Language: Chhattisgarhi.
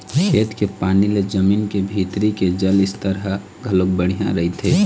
खेत के पानी ले जमीन के भीतरी के जल स्तर ह घलोक बड़िहा रहिथे